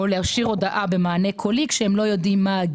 עשינו את זה בפעם הקודמת.